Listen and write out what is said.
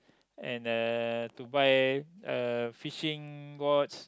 and the to buy uh fishing boards